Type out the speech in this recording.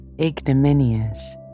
ignominious